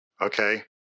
Okay